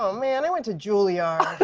um man, i went to juilliard.